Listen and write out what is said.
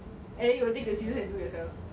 and then you will take the scissors and do yourself